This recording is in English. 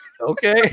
Okay